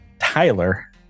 tyler